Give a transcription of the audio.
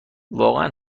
واقعا